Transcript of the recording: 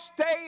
stay